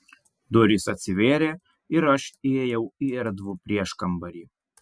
durys atsivėrė ir aš įėjau į erdvų prieškambarį